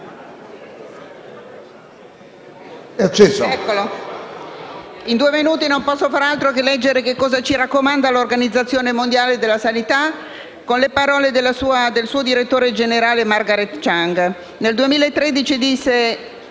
in due minuti non posso far altro che leggere che cosa ci raccomanda l'Organizzazione mondiale della sanità con le parole del suo direttore generale, Margareth Chan. Siccome